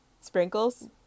Sprinkles